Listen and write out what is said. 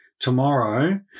tomorrow